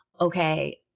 okay